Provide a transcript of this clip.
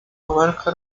abarca